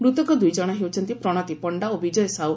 ମୃତକ ଦୁଇଜଶ ହେଉଛନ୍ତି ପ୍ରଶତି ପଶ୍ରା ଓ ବିଜୟ ସାହୁ